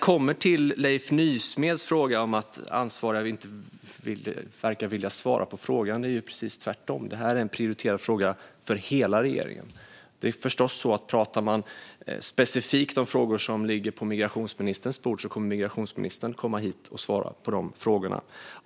Leif Nysmed påstod att ansvariga inte verkar vilja svara på frågor, men det är ju precis tvärtom - detta är en prioriterad fråga för hela regeringen. Om man specifikt pratar om frågor som ligger på migrationsministerns bord är det förstås migrationsministern som kommer att komma hit och svara på frågorna.